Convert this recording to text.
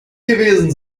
gewesen